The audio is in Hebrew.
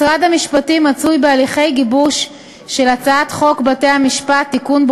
משרד המשפטים מצוי בהליכי גיבוש של הצעת חוק בתי-המשפט (תיקון,